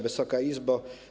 Wysoka Izbo!